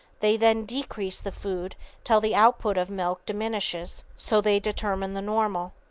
they then decrease the food till the output of milk diminishes. so they determine the normal.